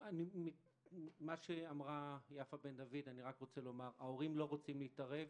לגבי מה שאמרה יפה בן-דויד ההורים לא רוצים להתערב,